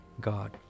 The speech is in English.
God